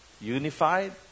Unified